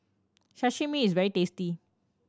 sashimi is very tasty